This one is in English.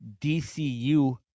DCU